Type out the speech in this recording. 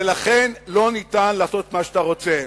ולכן לא ניתן לעשות את מה שאתה רוצה.